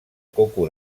coco